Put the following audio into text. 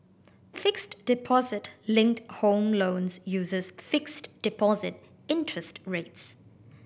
fixed deposit linked home loans uses fixed deposit interest rates